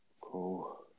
Cool